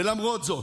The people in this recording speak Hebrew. ולמרות זאת,